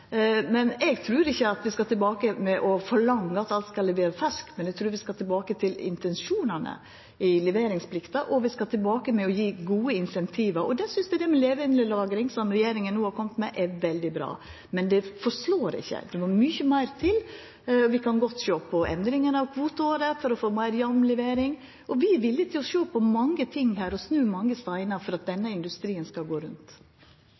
Eg trur ikkje at vi skal tilbake til å forlanga at alt skal leverast ferskt, men eg trur vi skal tilbake til intensjonane i leveringsplikta. Vi skal tilbake til å gje gode incentiv. Eg synest det med levandelagring, som regjeringa no har kome med, er veldig bra. Men det forslår ikkje – det må mykje meir til. Vi kan godt sjå på endring av kvoteåret for å få meir jamn levering. Vi er villige til å sjå på mange ting her og snu mange steinar for at denne industrien skal gå rundt.